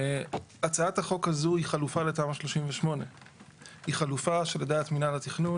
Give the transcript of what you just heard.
הצעת החוק הזו היא חלופה לתמ"א 38. היא חלופה שלדעת מינהל התכנון